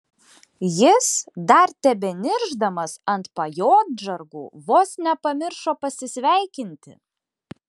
jis dar tebeniršdamas ant pajodžargų vos nepamiršo pasisveikinti